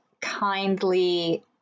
kindly